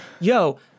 Yo